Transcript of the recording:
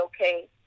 okay